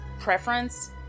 preference